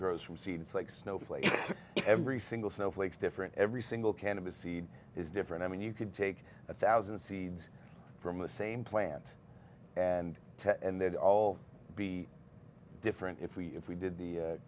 grows from seed it's like snowflakes every single snowflakes different every single cannabis seed is different i mean you could take a thousand seeds from the same plant and and they'd all be different if we if we did the